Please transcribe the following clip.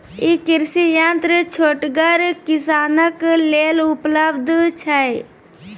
ई कृषि यंत्र छोटगर किसानक लेल उपलव्ध छै?